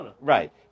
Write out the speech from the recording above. right